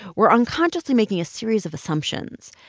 we're unconsciously making a series of assumptions.